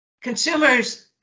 consumers